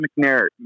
McNair